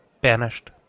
banished